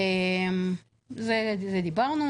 בעצם המטרות שלנו